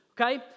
okay